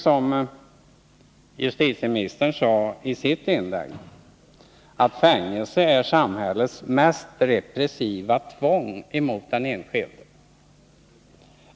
Som justitieministern sade i sitt inlägg är fängelset samhällets mest repressiva tvång emot den enskilde.